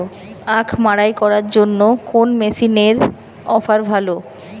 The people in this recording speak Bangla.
আখ মাড়াই করার জন্য কোন মেশিনের অফার ভালো?